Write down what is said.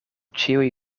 ĉiuj